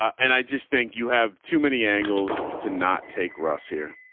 and i just think you have too many angles to not take russ here.